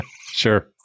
Sure